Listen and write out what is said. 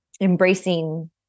embracing